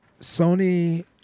Sony